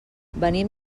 venim